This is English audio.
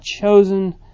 chosen